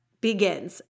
begins